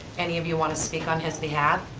any of you wana speak on his behalf?